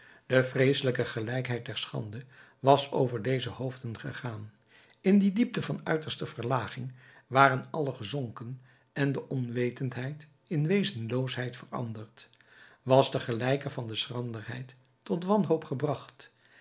de vreeselijke gelijkheid der schande was over deze hoofden gegaan in die diepte van uiterste verlaging waren allen gezonken en de onwetendheid in wezenloosheid veranderd was de gelijke van de schranderheid tot wanhoop gebracht